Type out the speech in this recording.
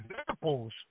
examples